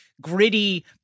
gritty